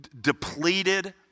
depleted